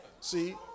See